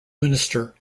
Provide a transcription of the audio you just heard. minister